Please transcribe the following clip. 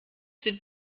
wird